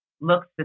looks